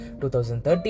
2013